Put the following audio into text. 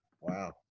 Wow